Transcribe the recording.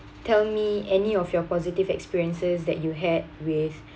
tell me any of your positive experiences that you had with